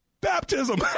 baptism